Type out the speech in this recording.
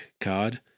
card